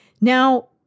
Now